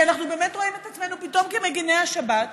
כי אנחנו באמת רואים את עצמנו פתאום כמגיני השבת,